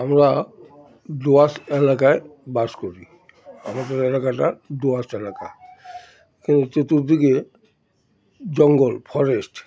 আমরা দোয়াশ এলাকায় বাস করি আমাদের এলাকাটা দোয়াশ এলাকা এখানে চতুর্দিকে জঙ্গল ফরেস্ট